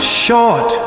short